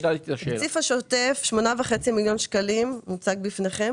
התקציב השוטף הוא 8.5 מיליון שקלים שמוצג בפניכם.